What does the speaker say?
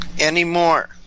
anymore